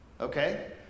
Okay